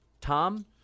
Tom